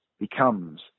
becomes